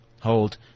hold